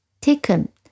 taken